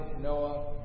Noah